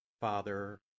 Father